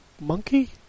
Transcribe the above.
monkey